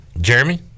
Jeremy